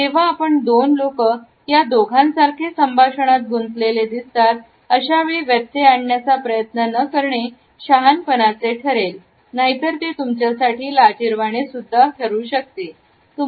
जेव्हा आपण दोन लोक या दोघा सारखे संभाषणात गुंतलेले दिसतात अशावेळी व्यत्यय आणण्याचा प्रयत्न न करणे शहाणपणाचे ठरेल नाहीतर ते तुमच्यासाठी लाजिरवाणी ठरेल